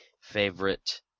favorite